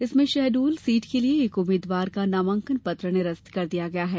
इसमें शहडोल सीट के लिए एक उम्मीदवार का नामांकन पत्र निरस्त कर दिया गया है